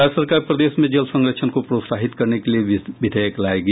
राज्य सरकार प्रदेश में जल संरक्षण को प्रोत्साहित करने के लिये विधेयक लायेगी